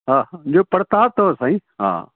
हा हा इहो परसादु अथव साईं हा